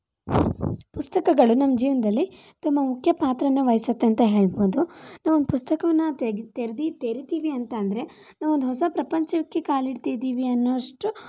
ಪುಸ್ತಕಗಳು ನಮ್ಮ ಜೀವನದಲ್ಲಿ ತುಂಬ ಮುಖ್ಯ ಪಾತ್ರನ ವಹಿಸ್ತದೆ ಅಂತ ಹೇಳ್ಬೋದು ನಾವು ಪುಸ್ತಕವನ್ನು ತೆಗೆದು ತೆರಿತೀವಿ ಅಂತ ಆದರೆ ನಾವು ಒಂದು ಹೊಸ ಪ್ರಪಂಚಕ್ಕೆ ಕಾಲು ಇಡ್ತಿದ್ದೀವಿ ಅನ್ನುವಷ್ಟು